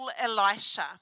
Elisha